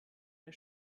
der